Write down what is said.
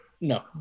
No